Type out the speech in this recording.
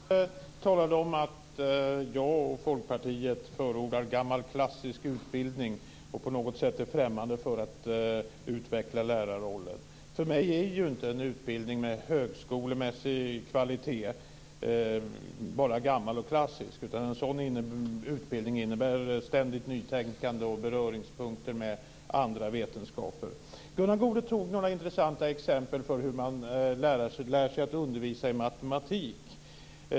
Fru talman! Gunnar Goude talade om att jag och Folkpartiet förordar gammal klassisk utbildning och på något sätt är främmande för att utveckla lärarrollen. För mig är inte en utbildning med högskolemässig kvalitet bara gammal och klassisk. En sådan utbildning innebär ständigt nytänkande och beröringspunkter med andra vetenskaper. Gunnar Goude tog upp några intressanta exempel på hur man lär sig att undervisa i matematik.